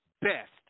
best